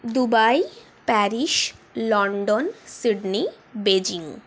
Dubai Paris London Sydney Beijing